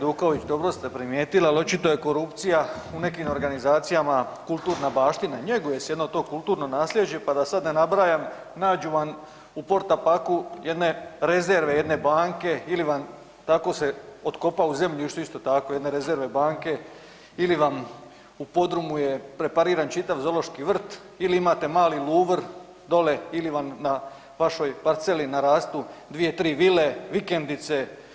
Kolega Hajduković, dobro ste primijetili, al očito je korupcija u nekim organizacijama kulturna baština, njeguje se jedno to kulturno nasljeđe, pa da sad ne nabrajam, nađu vam u porta paku jedne rezerve jedne banke ili vam tako se otkopa u zemlju … [[Govornik se ne razumije]] isto tako jedne rezerve banke ili vam u podrumu je prepariran čitav zološki vrt ili imate mali Luvr dole ili vam na vašoj parceli narastu 2-3 vile, vikendice.